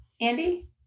Andy